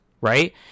right